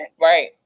right